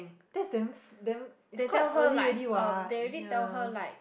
that is damn f~ damn is quite early already [what] ya